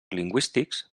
lingüístics